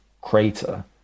crater